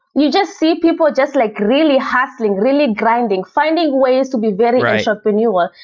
you just see people just like really hustling, really grinding, finding ways to be very entrepreneur.